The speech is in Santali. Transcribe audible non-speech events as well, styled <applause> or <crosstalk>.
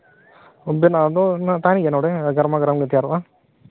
<unintelligible> ᱟᱫᱚᱜ ᱨᱮᱱᱟᱜ ᱛᱟᱦᱮᱸ ᱠᱟᱱᱟ ᱱᱚᱰᱮ <unintelligible>